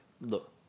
look